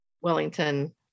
wellington